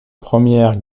première